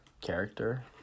character